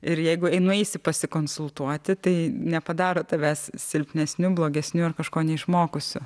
ir jeigu nueisi pasikonsultuoti tai nepadaro tavęs silpnesniu blogesniu ar kažko neišmokusi